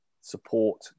support